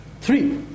Three